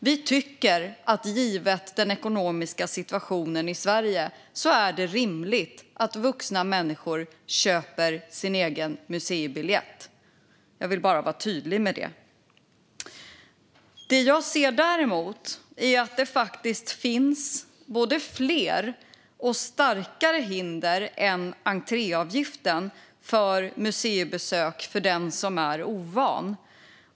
Vi tycker att det, givet den ekonomiska situationen i Sverige, är rimligt att vuxna människor köper sin egen museibiljett. Jag vill vara tydlig med det. Det jag däremot ser är att det faktiskt finns både fler och starkare hinder än entréavgiften för museibesök för den som är ovan.